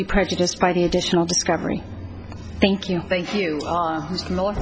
be prejudiced by the additional discovery thank you thank you